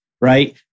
right